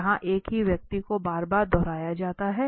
जहां एक ही व्यक्ति को बार बार दोहराया जाता है